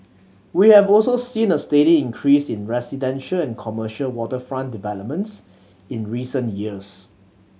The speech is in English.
we have also seen a steady increase in residential and commercial waterfront developments in recent years